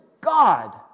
God